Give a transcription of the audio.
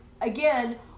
again